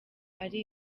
ari